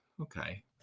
okay